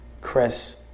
Cress